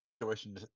situation